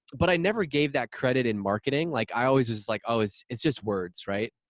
but i never gave that credit in marketing like i always just, like oh it's it's just words, right?